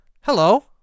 Hello